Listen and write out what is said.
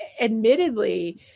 Admittedly